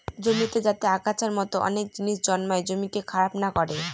জমিতে যাতে আগাছার মতো অনেক জিনিস জন্মায় জমিকে খারাপ না করে